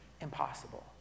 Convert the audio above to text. impossible